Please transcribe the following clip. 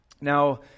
Now